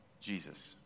jesus